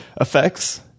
effects